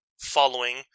following